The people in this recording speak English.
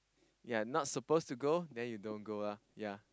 you're not supposed to go then you don't go lah ya